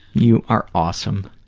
you are awesome.